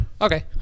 okay